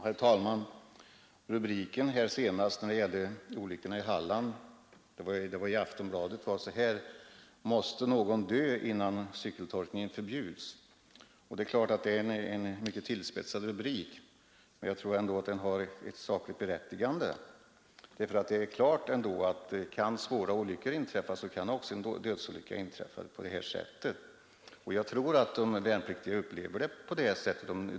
Herr talman! Aftonbladets rubrik efter de senaste olyckorna i Halland löd: ”Måste någon dö innan soldaterna slipper cykeltolka?” Den rubriken är givetvis mycket tillspetsad, men jag tror ändå att den har ett sakligt berättigande. Klart är nämligen, att om svåra olyckor kan inträffa vid cykeltolkning, så kan det också inträffa dödsolyckor. Jag tror också att de värnpliktiga upplever det så.